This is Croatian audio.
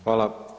Hvala.